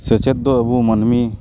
ᱥᱮᱪᱮᱫ ᱫᱚ ᱟᱵᱚ ᱢᱟᱹᱱᱢᱤ